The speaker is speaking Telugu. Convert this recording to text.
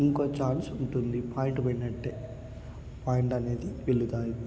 ఇంకో ఛాన్స్ ఉంటుంది పాయింట్ పడినట్టు పాయింట్ అనేది పెరుగుతాయి